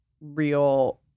real